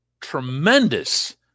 tremendous